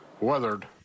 weathered